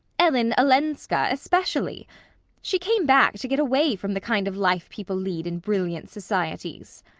ellen olenska especially she came back to get away from the kind of life people lead in brilliant societies.